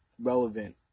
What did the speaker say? relevant